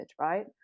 right